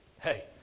hey